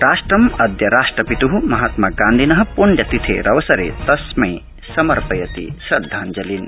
राष्ट्रमद्य राष्ट्रपित्ः महात्मगांधिनः पृण्यतिथेरवसरे तस्मै समर्पयति श्रद्धाञ्जलीन्